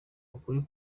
ukuri